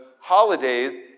holidays